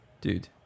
dude